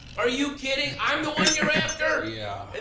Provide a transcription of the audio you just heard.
are you kidding i'm the one you're after? yeah.